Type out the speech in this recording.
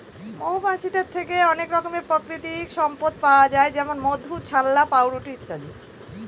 মৌমাছিদের থেকে অনেক রকমের প্রাকৃতিক সম্পদ পাওয়া যায় যেমন মধু, ছাল্লা, পাউরুটি ইত্যাদি